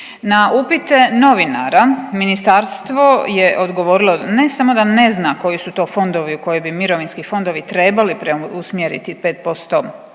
Na upit novinara Ministarstvo je odgovorilo ne samo da ne zna koji su to fondovi u koje bi mirovinski fondovi trebali preusmjeriti 5%